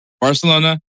Barcelona